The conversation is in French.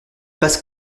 passe